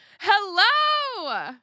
Hello